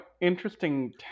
interesting